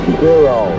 zero